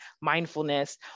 mindfulness